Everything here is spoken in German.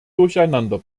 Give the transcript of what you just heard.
durcheinander